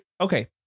Okay